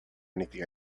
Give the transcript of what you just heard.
anything